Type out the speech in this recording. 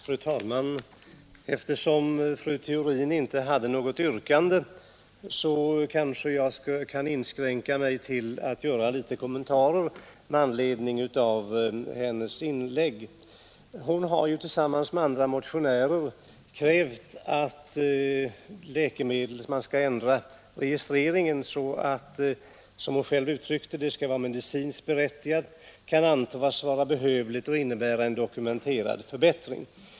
Fru talman! Eftersom fru Theorin inte hade något yrkande, kan jag kanske inskränka mig till att göra några kommentarer med anledning av hennes inlägg. Hon har ju tillsammans med andra motionärer krävt att man skall ändra registreringen av läkemedel, så att, som hon själv uttryckte det, det skall ha befunnits medicinskt berättigat, kan antas vara behövligt och innebära en dokumenterad förbättring.